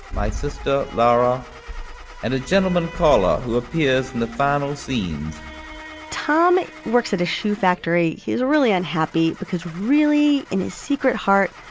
my sister laura and a gentleman caller who appears in the final scenes tom works at a shoe factory. he's really unhappy because really in his secret heart,